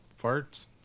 farts